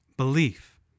belief